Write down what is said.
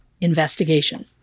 investigation